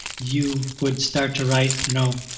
you would start to write, you know,